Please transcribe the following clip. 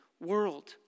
world